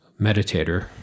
meditator